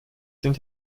sind